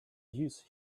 use